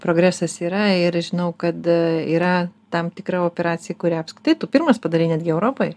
progresas yra ir žinau kad yra tam tikra operacija kurią apskritai tu pirmas padarei netgi europoj